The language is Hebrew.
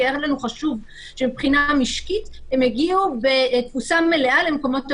כי היה לנו חשוב שמבחינה משקית הם יגיעו בתפוסה מלאה למקומות עבודה.